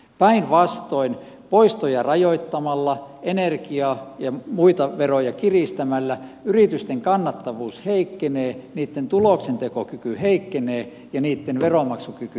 päinvastoin poistoja rajoittamalla energia ja muita veroja kiristämällä yritysten kannattavuus heikkenee niitten tuloksentekokyky heikkenee ja niitten veronmaksukyky heikkenee